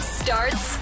starts